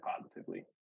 positively